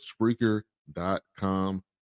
Spreaker.com